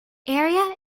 area